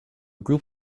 group